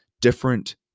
different